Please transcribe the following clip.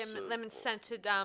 lemon-scented